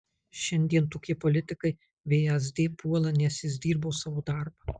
šiandien tokie politikai vsd puola nes jis dirbo savo darbą